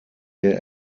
der